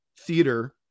theater